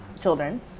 children